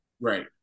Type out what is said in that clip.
right